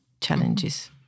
challenges